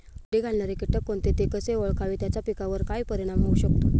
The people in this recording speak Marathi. अंडी घालणारे किटक कोणते, ते कसे ओळखावे त्याचा पिकावर काय परिणाम होऊ शकतो?